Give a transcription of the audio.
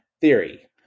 theory